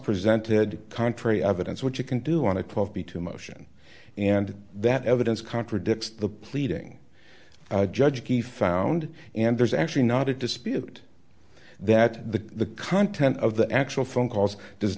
presented contrary evidence what you can do want to point b to motion and that evidence contradicts the pleading judge he found and there's actually not a dispute that the content of the actual phone calls does